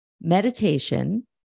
meditation